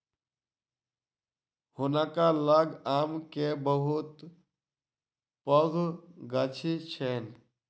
हुनका लग आम के बहुत पैघ गाछी छैन